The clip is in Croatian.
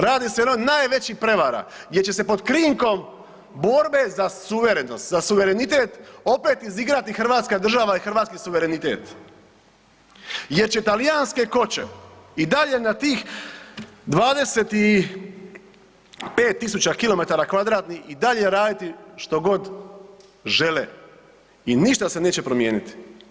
Radi se o jednoj od najvećih prevara gdje će se pod krinkom borbe za suverenost, za suverenitet opet izigrati hrvatska država i hrvatski suverenitet jer će talijanske koće i dalje na tih 25.000 km2 i dalje raditi što god žele i ništa se neće promijeniti.